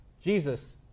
Jesus